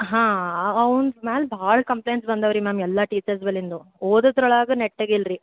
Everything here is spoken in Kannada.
ಹಾಂ ಅವ್ನ ಮ್ಯಾಲೆ ಭಾಳ ಕಂಪ್ಲೇಂಟ್ಸ್ ಬಂದವೆ ರೀ ಮ್ಯಾಮ್ ಎಲ್ಲ ಟೀಚರ್ಸ್ಗಳಿಂದಲೂ ಓದೋದ್ರೊಳಾಗ ನೆಟ್ಟಗಿಲ್ರಿ